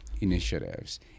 initiatives